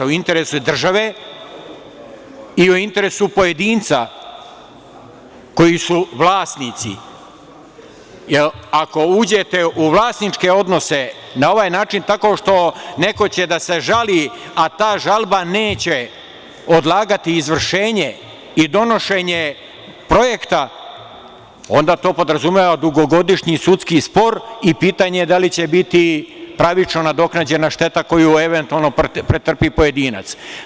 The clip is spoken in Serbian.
O interesu države i o interesu pojedinca koji su vlasnici, jer ako uđete u vlasničke odnose na ovaj način, neko će da se žali, a ta žalba neće odlagati izvršenje i donošenje projekta, onda to podrazumeva dugogodišnji sudski spor i pitanje je da li će biti pravično nadoknađena šteta koju eventualno pretrpi pojedinac.